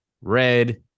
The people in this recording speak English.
red